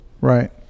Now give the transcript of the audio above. Right